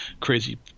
crazy